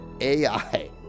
AI